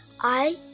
I